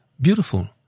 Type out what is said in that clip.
beautiful